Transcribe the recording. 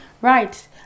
right